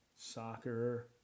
soccer